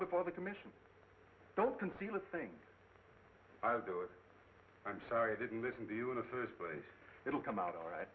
before the commission don't conceal a thing i don't do it i'm sorry i didn't listen to you in the first place it'll come out all right